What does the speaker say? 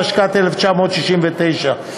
התשכ"ט 1969,